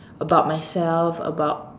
about myself about